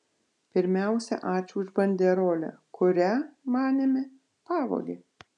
pirmiausia ačiū už banderolę kurią manėme pavogė